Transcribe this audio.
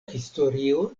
historio